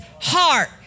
heart